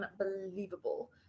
unbelievable